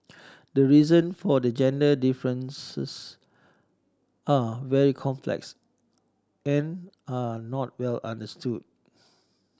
the reason for the gender differences are very complex and are not well understood